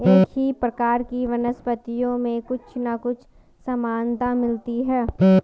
एक ही प्रकार की वनस्पतियों में कुछ ना कुछ समानता मिलती है